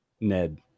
ned